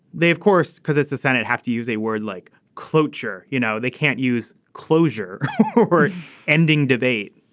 they of course because it's the senate have to use a word like cloture. you know they can't use closure or ending debate.